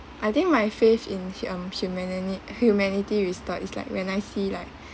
I think my faith in um humanity restored is like when I see like